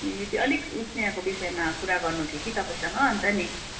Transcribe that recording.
ए त्यो अलिक स्नेहको विषयमा कुरा गर्नु थियो कि तपाईँसँग अन्त नि